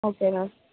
okay ma'am